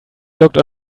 looked